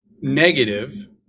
negative